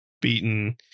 beaten